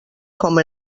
com